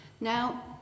Now